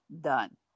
done